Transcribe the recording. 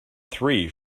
three